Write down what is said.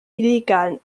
illegalen